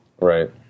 Right